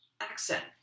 accent